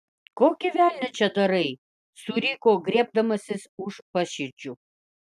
kokį velnią čia darai suriko griebdamasis už paširdžių